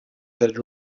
that